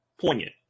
poignant